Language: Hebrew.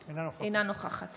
אינה נוכחת